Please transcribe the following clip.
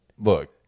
Look